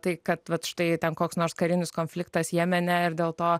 tai kad vat štai ten koks nors karinis konfliktas jemene ir dėl to